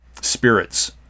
spirits